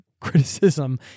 criticism